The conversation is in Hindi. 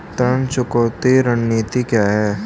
ऋण चुकौती रणनीति क्या है?